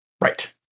right